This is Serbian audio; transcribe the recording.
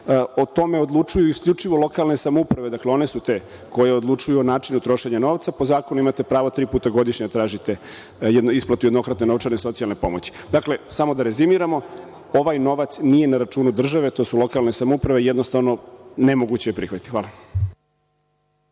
O tome odlučuju isključivo lokalne samouprave, dakle, one su te koje odlučuju o načinu trošenja novca. Po zakonu imate pravo tri puta godišnje da tražite isplatu jednokratne novčane socijalne pomoći. Dakle, samo da rezimiramo, ovaj novac nije na računu države, to su lokalne samouprave i jednostavno je nemoguće prihvatiti. Hvala.